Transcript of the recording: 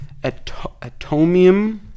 atomium